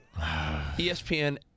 ESPN